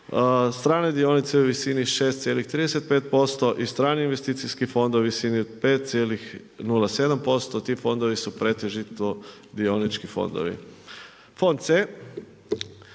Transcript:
strane dionice u visini 6,35% i strani investicijski fondovi u visini od 5,07%. Ti fondovi su pretežito dionički fondovi. Fond C